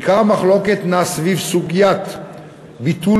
עיקר המחלוקת נע סביב סוגיית ביטול